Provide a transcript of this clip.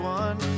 one